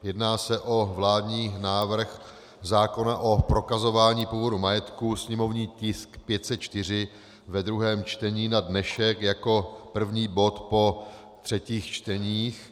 Jedná se o Vládní návrh zákona o prokazování původu majetku, sněmovní tisk 504, ve druhém čtení, na dnešek jako první bod po třetích čteních.